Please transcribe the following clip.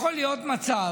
יכול להיות מצב